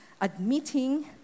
admitting